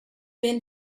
been